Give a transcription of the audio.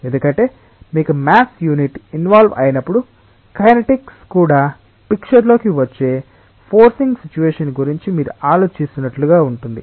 ఎందుకంటే మీకు maths unit involve అయినపుడు కైనటిక్స్ కూడా పిక్చర్ లోకి వచ్చే ఫోర్సింగ్ సిట్యుయేషన్ గురించి మీరు ఆలోచిస్తున్నట్లుగా ఉంటుంది